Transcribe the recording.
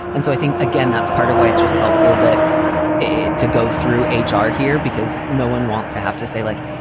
and so i think, again, that's part of why it's just helpful that to go through h r. here, because no one wants to have to say like,